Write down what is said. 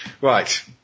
Right